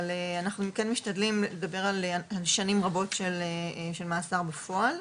אבל אנחנו כן משתדלים לדבר על שנים רבות של מאסר בפועל.